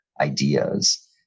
ideas